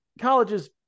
colleges